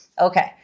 Okay